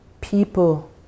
People